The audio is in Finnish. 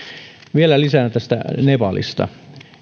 vielä lisää tästä nepalista